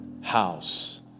house